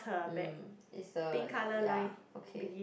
mm is the ya okay